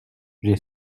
j’ai